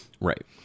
Right